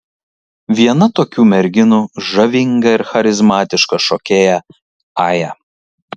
viena tokių merginų žavinga ir charizmatiška šokėja aja